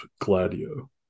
Gladio